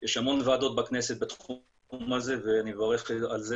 יש המון ועדות כנסת בתחום הזה ואני מברך על כך,